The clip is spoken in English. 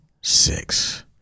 six